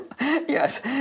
Yes